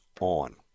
on